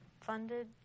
funded